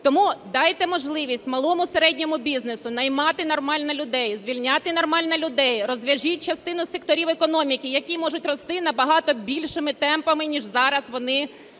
Тому дайте можливість малому і середньому бізнесу наймати нормально людей, звільняти нормально людей, розв'яжіть частину секторів економіки, які можуть рости набагато більшими темпами, ніж зараз вони